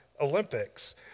Olympics